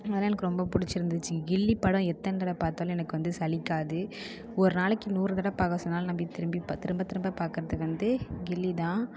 அதனால் எனக்கு ரொம்ப பிடிச்சிருந்திச்சி கில்லி படம் எத்தனை தடவை பார்த்தாலும் எனக்கு வந்து சலிக்காது ஒரு நாளைக்கி நூறு தடவை பார்க்க சொன்னாலும் நான் போய் திரும்ப திரும்ப பார்க்குறது வந்து கில்லிதான்